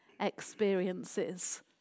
experiences